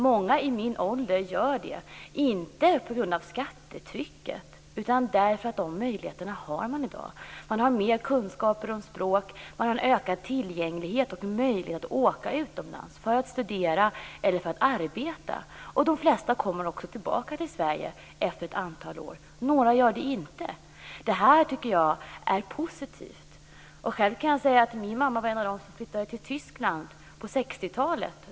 Många i min ålder gör det - inte på grund av skattetrycket utan för att man har dessa möjligheter i dag. Man har mer kunskaper om språk. Man har en ökad tillgänglighet och möjlighet att åka utomlands för att studera eller för att arbeta. Och de flesta kommer också tillbaka till Sverige efter ett antal år. Några gör det inte. Det här tycker jag är positivt. Själv kan jag säga att min mamma var en av dem som flyttade till Tyskland på 60-talet.